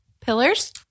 Pillars